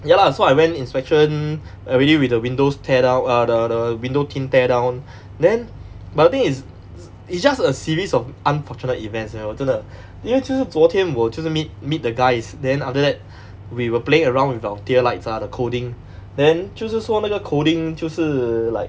ya lah so I went inspection already with the windows tear down err the the window tint tear down then but the thing is it's just a series of unfortunate events you know 真的因为就是昨天我就是 meet meet the guys then after that we were playing around with our tail lights ah the coding then 就是说那个 coding 就是 like